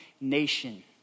nation